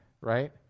right